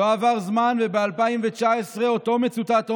לא עבר זמן, וב-2019 אותו מצוטט אומר: